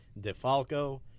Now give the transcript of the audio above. defalco